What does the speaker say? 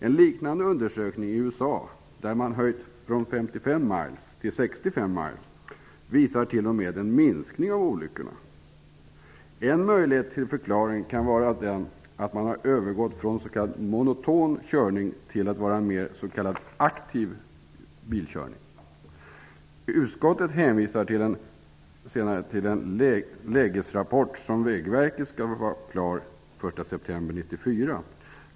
En liknande undersökning i USA, där man höjt hastighetsgränsen från 55 till 65 engelska mil/tim, visar t.o.m. en minskning av olyckorna. En möjlig förklaring kan vara att man har övergått från s.k. monoton körning till mer s.k. aktiv bilkörning. Utskottet hänvisar till en lägesrapport från 1994.